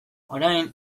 orain